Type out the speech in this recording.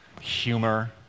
humor